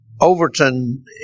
Overton